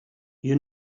you